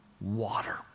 water